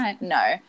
no